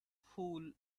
fool